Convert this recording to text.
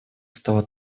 стала